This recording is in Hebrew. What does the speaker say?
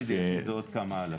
למיטב ידיעתי זה עוד כמה אלפים.